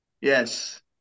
Yes